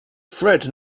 fred